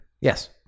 Yes